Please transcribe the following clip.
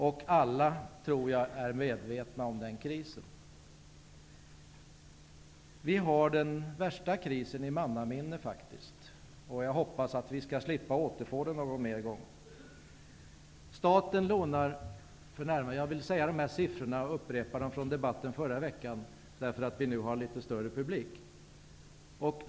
Jag tror att alla är medvetna om den krisen. Vi har faktiskt den värsta krisen i mannaminne. Jag hoppas att vi skall slippa att återfå den någon annan gång. Jag vill upprepa några siffror från debatten förra veckan, eftersom vi har en större publik nu.